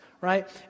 Right